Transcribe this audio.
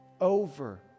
Over